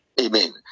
amen